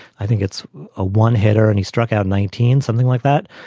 i think it's a one hit her and he struck out nineteen, something like that.